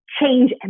change